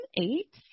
eight